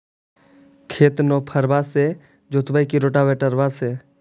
खेत नौफरबा से जोतइबै की रोटावेटर से?